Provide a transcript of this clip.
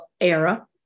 Era